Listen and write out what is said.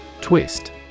Twist